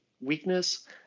weakness